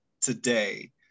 today